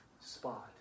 spot